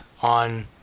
on